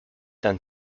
than